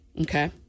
Okay